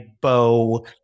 bow